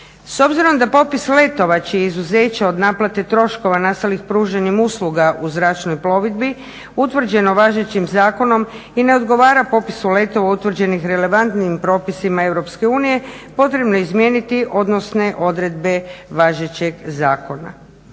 S obzirom da popis letova čije izuzeće od naplate troškova nastalih pružanjem usluga u zračnoj plovidbi utvrđeno važećim zakonom i ne odgovara popisu letova utvrđenih relevantnim propisima EU. Potrebno je izmijeniti odnosne odredbe važećeg zakona.